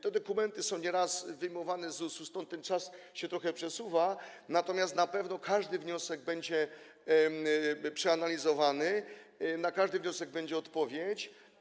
Te dokumenty są nieraz wyjmowane z ZUS-u, stąd ten czas trochę się wydłuża, natomiast na pewno każdy wniosek będzie przeanalizowany, na każdy wniosek będzie odpowiedź.